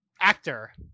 Actor